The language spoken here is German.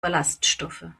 ballaststoffe